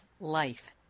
life